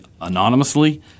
anonymously